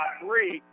three